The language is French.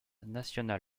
national